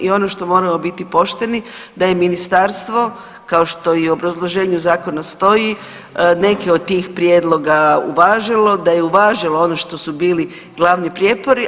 I ono što moramo biti pošteni da je ministarstvo kao što i u obrazloženju Zakona stoji neke od tih prijedloga uvažilo, da je uvažilo ono što su bili glavni prijepori.